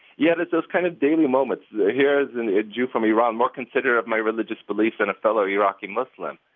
yet it's those kind of daily moments that here is and a jew from iran more considerate of my religious beliefs than a fellow iraqi-muslim.